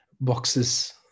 boxes